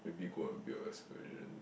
maybe go on a bit of excursion